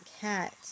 cat